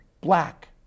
black